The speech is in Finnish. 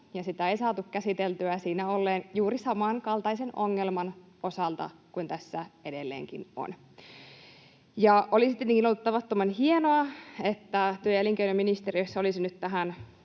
sitä ei saatu käsiteltyä siinä olleen juuri samankaltaisen ongelman osalta kuin tässä edelleenkin on. Ja olisikin ollut tavattoman hienoa, että työ- ja elinkeinoministeriössä olisi nyt tähän